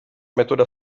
metoda